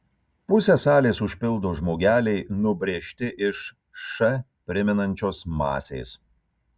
pusę salės užpildo žmogeliai nubrėžti iš š primenančios masės